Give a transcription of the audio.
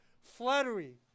flattery